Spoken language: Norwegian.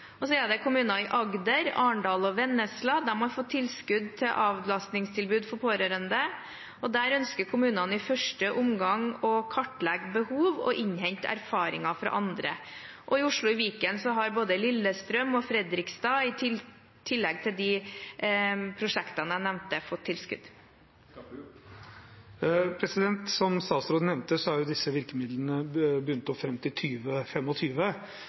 er kommuner i Agder – Arendal og Vennesla – som har fått tilskudd til avlastningstilbud for pårørende. Der ønsker kommunene i første omgang å kartlegge behov og innhente erfaringer fra andre. Og i Oslo og Viken har både Lillestrøm og Fredrikstad, i tillegg til de prosjektene jeg nevnte, fått tilskudd. Som statsråden nevnte, er disse virkemidlene bundet opp fram til